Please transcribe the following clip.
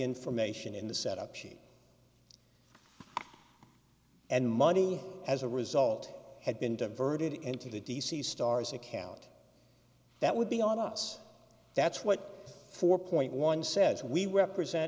information in the setup sheet and money as a result had been diverted into the d c star's account that would be our loss that's what four point one says we were present